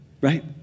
right